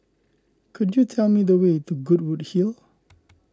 could you tell me the way to Goodwood Hill